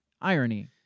Irony